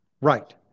Right